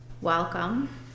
Welcome